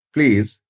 Please